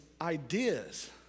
ideas